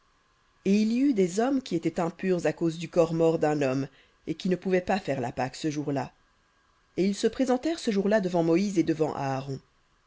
et il y eut des hommes qui étaient impurs à cause du corps mort d'un homme et qui ne pouvaient pas faire la pâque ce jour-là et ils se présentèrent ce jour-là devant moïse et devant aaron